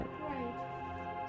Right